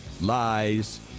lies